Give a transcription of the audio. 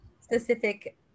specific